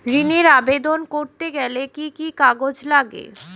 ঋণের আবেদন করতে গেলে কি কি কাগজ লাগে?